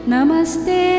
Namaste